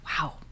Wow